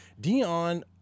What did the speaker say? Dion